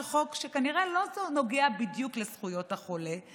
חוק שכנראה לא נוגע בדיוק לזכויות החולה,